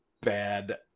bad